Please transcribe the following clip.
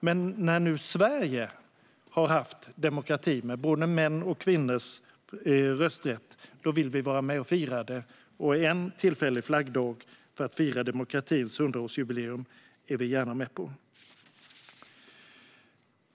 Men när nu Sverige har haft demokrati med både mäns och kvinnors rösträtt vill vi vara med och fira det, och en tillfällig flaggdag för att fira demokratins hundraårsjubileum är vi gärna med på.